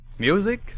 Music